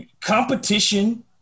competition